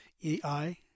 E-I